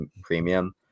premium